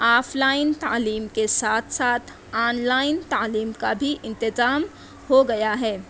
of line تعلیم کے ساتھ ساتھ آن لائن تعلیم کا بھی انتظام ہو گیا ہے